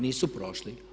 Nisu prošli.